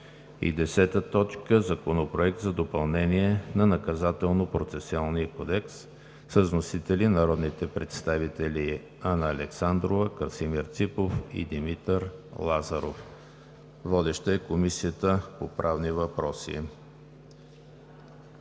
Законопроект за допълнение на Наказателно-процесуалния кодекс. Вносители са народните представители Анна Александрова, Красимир Ципов и Димитър Лазаров. Водеща е Комисията по правни въпроси.